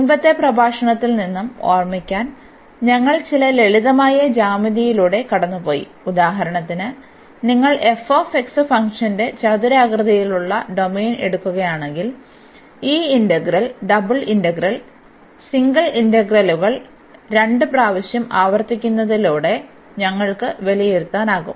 മുമ്പത്തെ പ്രഭാഷണത്തിൽ നിന്ന് ഓർമിക്കാൻ ഞങ്ങൾ ചില ലളിതമായ ജ്യാമിതിയിലൂടെ കടന്നുപോയി ഉദാഹരണത്തിന് നിങ്ങൾ f ഫംഗ്ഷന്റെ ചതുരാകൃതിയിലുള്ള ഡൊമെയ്ൻ എടുക്കുകയാണെങ്കിൽ ഈ ഇന്റഗ്രൽ ഡബിൾ ഇന്റഗ്രൽ സിംഗിൾ ഇന്റഗ്രലുകൾ 2 പ്രാവശ്യം ആവർത്തിക്കുന്നതിലൂടെ ഞങ്ങൾക്ക് വിലയിരുത്താനാകും